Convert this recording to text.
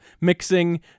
mixing